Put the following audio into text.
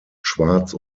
schwarz